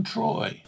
Troy